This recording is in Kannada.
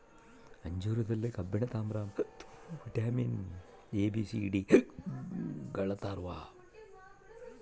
ಅಂಜೂರದಲ್ಲಿ ಕಬ್ಬಿಣ ತಾಮ್ರ ಮತ್ತು vitamin A B C D ಗಳಿರ್ತಾವ